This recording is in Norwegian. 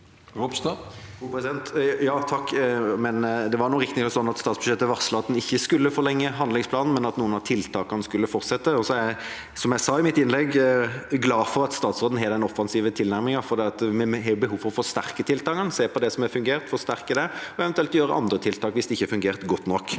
Ropstad (KrF) Det var riktig- nok sånn at statsbudsjettet varslet at en ikke skulle forlenge handlingsplanen, men at noen av tiltakene skulle fortsette. Som jeg sa i mitt innlegg, er jeg glad for at statsråden har den offensive tilnærmingen, men vi har behov for å forsterke tiltakene: se på det som har fungert og forsterke det, og eventuelt gjøre andre tiltak hvis det ikke har fungert godt nok.